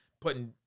putting